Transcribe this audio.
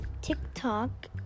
TikTok